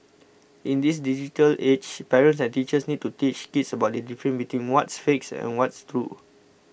in this digital age parents and teachers need to teach kids about the difference between what's fake and what's true